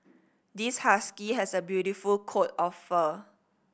this husky has a beautiful coat of fur